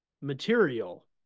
material